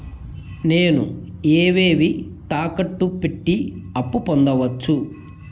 నేను ఏవేవి తాకట్టు పెట్టి అప్పు పొందవచ్చు?